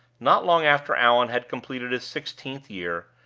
not long after allan had completed his sixteenth year,